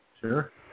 Sure